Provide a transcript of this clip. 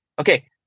okay